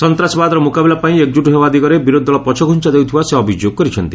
ସନ୍ତାସବାଦର ମୁକାବିଲା ପାଇଁ ଏକଳୁଟ ହେବା ଦିଗରେ ବିରୋଧୀ ଦଳ ପଛଘୁଞ୍ଚା ଦେଉଥିବା ସେ ଅଭିଯୋଗ କରିଛନ୍ତି